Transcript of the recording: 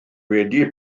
wedi